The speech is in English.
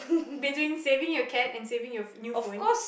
between saving your cat and saving your new phone